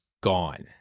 gone